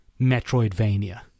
Metroidvania